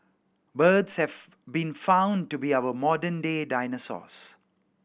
birds have been found to be our modern day dinosaurs